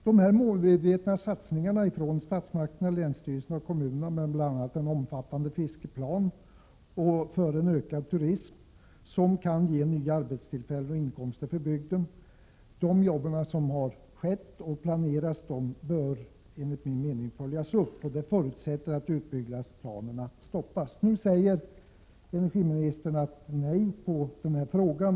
Dessa målmedvetna satsningar från statsmakterna, länsstyrelsen och kommunerna med bl.a. en omfattande fiskeplan och för en ökad turism, som kan ge nya arbetstillfällen och inkomster för bygden, bör enligt min mening följas upp. Det förutsätter att utbyggnadsplanerna stoppas. Nu svarar miljöoch energiminister Birgitta Dahl nej på min fråga.